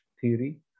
theory